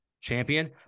Champion